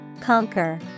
Conquer